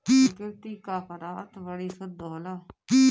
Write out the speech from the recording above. प्रकृति क पदार्थ बड़ी शुद्ध होला